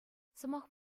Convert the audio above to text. сӑмах